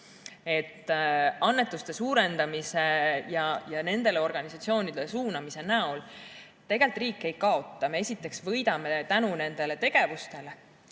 Annetuste suurendamise ja nendele organisatsioonidele suunamise näol tegelikult riik ei kaota. Me esiteks võidame tänu nendele tegevustele.